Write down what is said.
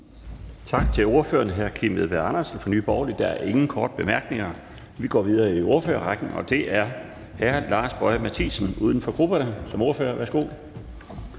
Tak til ordføreren, hr. Kim Edberg Andersen fra Nye Borgerlige. Der er ingen korte bemærkninger. Vi går videre i ordførerrækken, og nu er det hr. Lars Boje Mathiesen, uden for grupperne, som privatist. Værsgo.